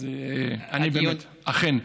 אכן,